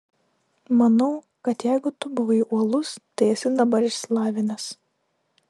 manau kad jeigu tu buvai uolus tai esi dabar išsilavinęs